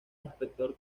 inspector